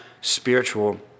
spiritual